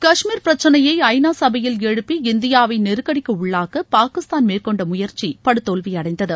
காஷ்மீர் பிரச்னையை ஐநா சபையில் எழுப்பி இந்தியாவை நெருக்கடிக்கு உள்ளாக்க பாகிஸ்தான் மேற்கொண்ட முயற்சி படுதோல்வியடைந்தது